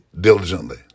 diligently